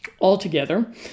Altogether